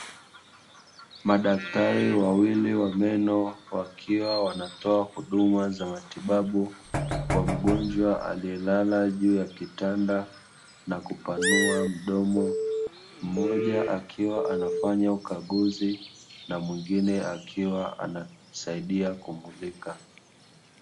Madaktari wawili wa meno, wakiwa wanatoa huduma za matibabu kwa mgonjwa aliyelala juu ya kitanda na kupanua mdomo, Mmoja akiwa anafanya ukaguzi na mwingine akiwa anasaidia kumulika.